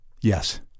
Yes